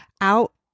out